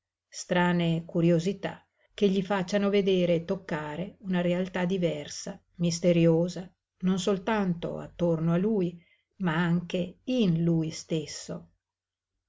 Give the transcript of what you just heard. strane curiosità che gli facciano vedere e toccare una realtà diversa misteriosa non soltanto attorno a lui ma anche in lui stesso